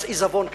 מס עיזבון כזה.